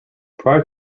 prior